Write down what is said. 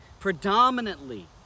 Predominantly